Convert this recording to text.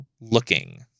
looking